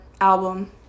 album